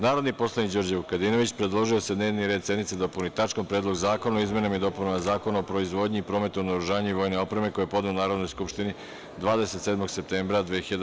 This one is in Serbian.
Narodni poslanik, Đorđe Vukadinović, predložio je da se dnevni red sednice dopuni tačkom – Predlog zakona o izmenama i dopunama Zakona o proizvodnji i prometu naoružanja i vojne opreme, koji je podneo Narodnoj skupštini 27. septembra 2018. godine.